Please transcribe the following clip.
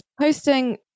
posting